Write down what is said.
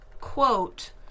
quote